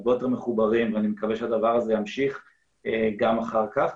הרבה יותר מחוברים ואני מקווה שזה ימשיך גם אחר כך.